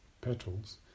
petals